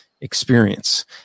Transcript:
experience